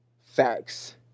Facts